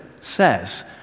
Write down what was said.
says